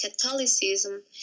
Catholicism